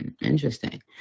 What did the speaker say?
interesting